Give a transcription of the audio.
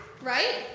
right